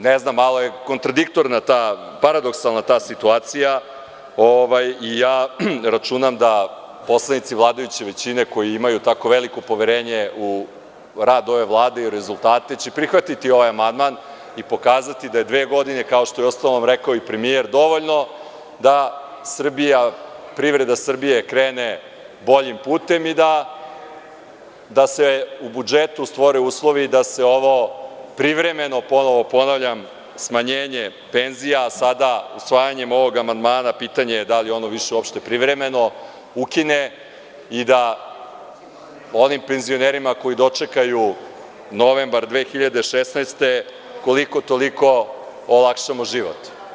Ne znam malo je kontradiktorna, paradoksalna ta situacija, ja računam da poslanici vladajuće većine koji imaju tako veliko poverenje u rad ove Vlade i u rezultate će prihvatiti ovaj amandman i pokazati da je dve godine, kao što je uostalom rekao i premijer, dovoljno da Srbija, privreda Srbije krene boljim putem i da se u budžetu stvore uslovi da se ovo privremeno, ponovo ponavljam, smanjenje penzija sada usvajanjem ovog amandmana, pitanje je da li je ono uopšte privremeno, ukine i da onim penzionerima koji dočekaju novembar 2016. godine, koliko-toliko olakšamo život.